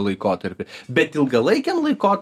laikotarpiui bet ilgalaikiam laiko